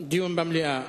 דיון במליאה.